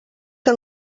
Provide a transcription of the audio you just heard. que